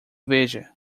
veja